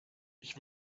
ich